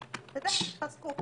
זה נתון שנחשף פומבית פה לראשונה.